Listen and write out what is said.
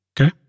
Okay